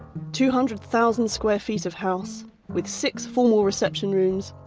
two hundred thousand square feet of house with six formal reception rooms,